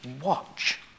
watch